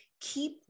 keep